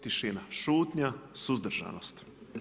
Tišina, šutnja, suzdržanost.